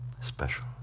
special